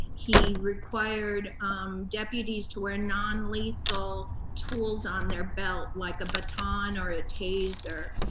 he required deputies to wear non-lethal tools on their belt, like a baton or a taser.